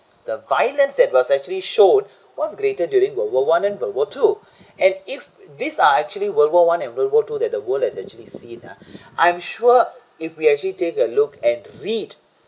the violence that was actually showed what's greater during world war one and world war two and if these are actually world war one and world war two that the world has actually seen ah I'm sure if we actually take a look and read